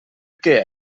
què